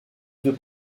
deux